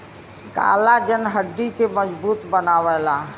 collagen हड्डी के मजबूत बनावला